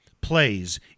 plays